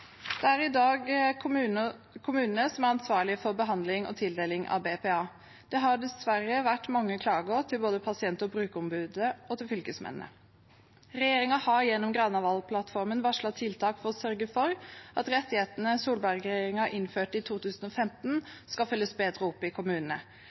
Det er i dag kommunene som er ansvarlige for behandling og tildeling av BPA. Det har dessverre vært mange klager til både pasient- og brukerombudet og fylkesmennene. Regjeringen har gjennom Granavolden-plattformen varslet tiltak for å sørge for at rettighetene Solberg-regjeringen innførte i